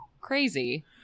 crazy